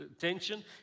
tension